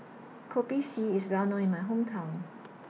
Kopi C IS Well known in My Hometown